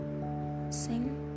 sing